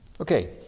Okay